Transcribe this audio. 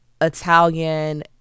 Italian